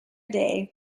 day